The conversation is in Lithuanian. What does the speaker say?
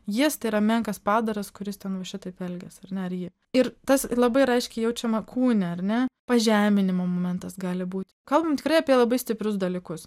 jies tėra menkas padaras kuris ten šitaip elgiasi ar ne ar ji ir tas labai yra aiškiai jaučiama kūne ar ne pažeminimo momentas gali būti kalbam tikrai apie labai stiprius dalykus